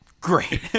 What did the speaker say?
Great